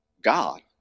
God